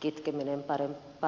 kitkeminen paremmalle tolalle